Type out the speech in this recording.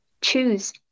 choose